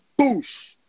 boosh